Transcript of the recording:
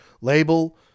label